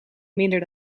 minder